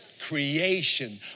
creation